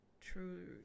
true